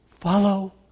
follow